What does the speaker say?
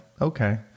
okay